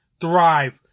thrive